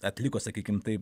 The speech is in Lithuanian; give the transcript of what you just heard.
atliko sakykim taip